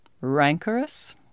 rancorous